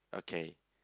okay